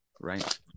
Right